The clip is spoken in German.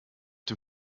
dem